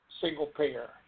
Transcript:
single-payer